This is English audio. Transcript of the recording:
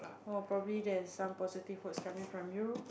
oh probably there's some positive words coming from you